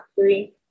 three